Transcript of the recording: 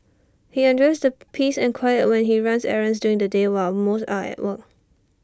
he enjoys the peace and quiet when he runs errands during the day while most are at work